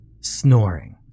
snoring